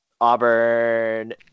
Auburn